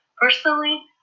Personally